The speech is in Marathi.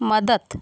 मदत